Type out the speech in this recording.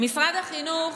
משרד החינוך